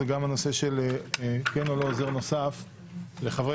זה הנושא של כן או לא עוזר נוסף לחברי